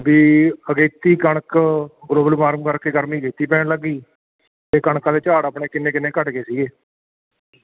ਵੀ ਅਗੇਤੀ ਕਣਕ global warming ਕਰਕੇ ਗਰਮੀ ਛੇਤੀ ਪੈਣ ਲੱਗ ਗਈ ਅਤੇ ਕਣਕਾਂ ਦੇ ਝਾੜ ਆਪਣੇ ਕਿੰਨੇ ਕਿੰਨੇ ਘੱਟ ਗਏ ਸੀਗੇ